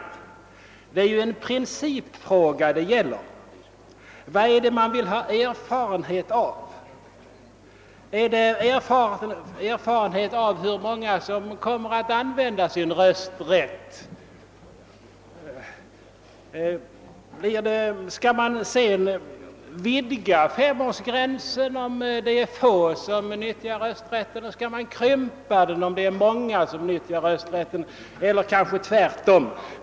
Här gäller det ju en principfråga. Vad är det man vill ha erfarenhet av? Vill man ha erfarenhet av hur många som kommer att använda sin rösträtt? Skall man sedan vidga femårsgränsen om det är få som utnyttjar rösträtten och krympa den om den utnyttjas av många eller skall man kanske göra tvärtom?